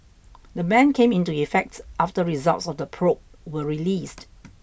the ban came into effect after results of the probe were released